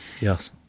Yes